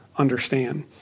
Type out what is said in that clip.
understand